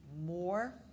more